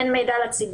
אין שום מידע לציבור.